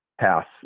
pass